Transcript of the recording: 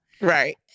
Right